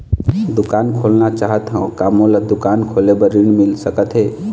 दुकान खोलना चाहत हाव, का मोला दुकान खोले बर ऋण मिल सकत हे?